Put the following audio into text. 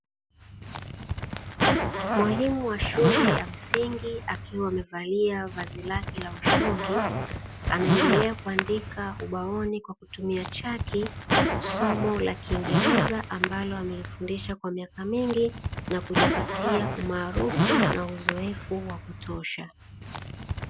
Mwalimu wa shule ya msingi akiwa amevalia vazi lake la ushungi anaendelea kuandika ubaoni kwa kutumia chaki, somo la kiingereza ambalo amelifundisha kwa miaka mingi na kujipatia umaarufu na uzoefu wa kutosha.